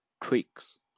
tricks